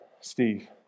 Steve